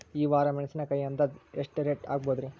ಈ ವಾರ ಮೆಣಸಿನಕಾಯಿ ಅಂದಾಜ್ ಎಷ್ಟ ರೇಟ್ ಆಗಬಹುದ್ರೇ?